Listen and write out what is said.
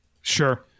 Sure